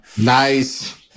nice